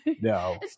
No